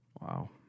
Wow